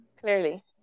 Clearly